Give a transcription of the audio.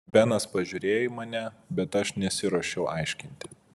benas pažiūrėjo į mane bet aš nesiruošiau aiškinti